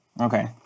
Okay